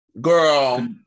Girl